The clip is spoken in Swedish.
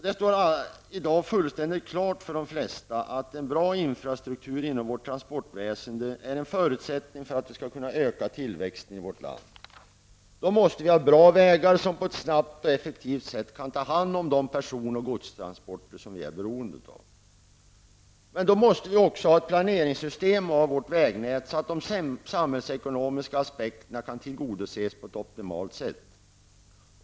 Det står i dag fullständigt klart för de flesta att en bra infrastruktur inom vårt transportväseende är en förutsättning för att vi skall kunna öka tillväxten i vårt land. Då måste vi ha bra vägar som på ett snabbt och effektivt sätt kan ta hand om de personoch godstransporter som vi är beroende av. Vi måste ha ett planeringssystem för vårt vägnät så att de samhällsekonomiska aspekterna kan tillgodoses på ett optimalt sätt.